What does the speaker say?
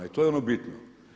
I to je ono bitno.